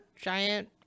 giant